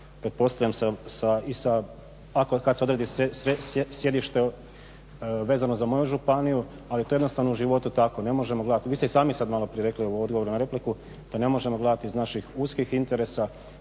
pretpostavljam i sa, kad se odredi sjedište vezano za moju županiju. Ali to je jednostavno u životu tako. Ne možemo gledati, vi ste i sami sad malo prije rekli u odgovoru na repliku da ne možemo gledati iz naših uskih interesa